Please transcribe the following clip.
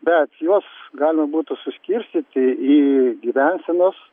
bet juos galima būtų suskirstyti į gyvensenos